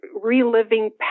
reliving